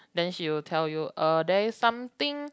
then she will tell you uh there is something